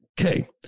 Okay